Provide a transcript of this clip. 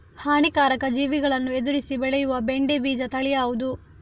ಹಾನಿಕಾರಕ ಜೀವಿಗಳನ್ನು ಎದುರಿಸಿ ಬೆಳೆಯುವ ಬೆಂಡೆ ಬೀಜ ತಳಿ ಯಾವ್ದು?